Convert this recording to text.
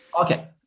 Okay